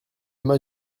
mas